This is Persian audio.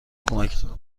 کمکتان